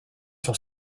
sur